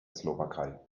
slowakei